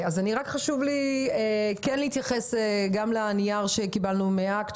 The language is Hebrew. אז חשוב לי להתייחס לנייר שקיבלנו מאקט,